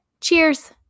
Cheers